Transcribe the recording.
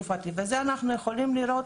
יש לשירות